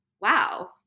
wow